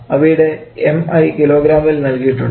അവയുടെ mi കിലോഗ്രാമിൽ നൽകിയിട്ടുണ്ട്